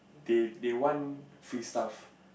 they they want free stuff